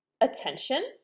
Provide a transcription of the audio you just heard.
attention